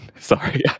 Sorry